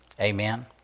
amen